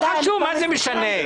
מה זה משנה?